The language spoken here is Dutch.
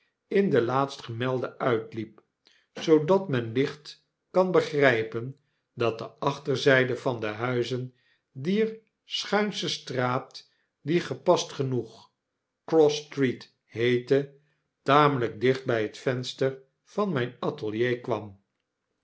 in de laatstgemelde uitliep zoodat men licht kan begrypen dat de achterzjjde van de huizen dier schuinsche straat die gepast genoeg cross-street heette tamelijk dicht b het venster van myn atelier kwam